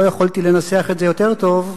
ולא יכולתי לנסח את זה יותר טוב,